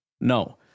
No